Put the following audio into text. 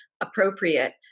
appropriate